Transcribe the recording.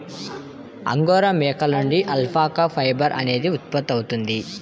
angora మేకల నుండి alpaca fibre అనేది ఉత్పత్తవుతుంది